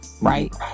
right